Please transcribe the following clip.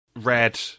red